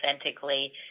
authentically